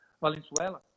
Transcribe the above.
Valenzuela